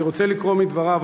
ואני רוצה לקרוא מדבריו,